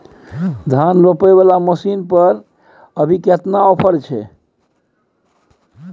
धान रोपय वाला मसीन पर अभी केतना ऑफर छै?